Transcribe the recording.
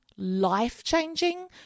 life-changing